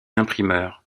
imprimeurs